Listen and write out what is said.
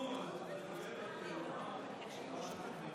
מוות למחבלים.